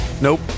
Nope